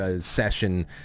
session